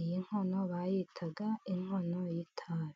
Iyi nkono bayitaga inkono y'itabi.